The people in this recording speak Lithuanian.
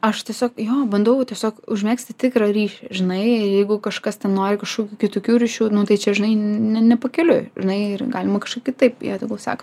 aš tiesiog jo bandau tiesiog užmegzti tikrą ryšį žinai jeigu kažkas ten nori kažkokių kitokių ryšių nu tai čia žinai ne ne pakeliui žinai ir galima kažkaip kitaip jie tegul seka